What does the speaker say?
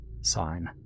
sign